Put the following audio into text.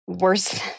worse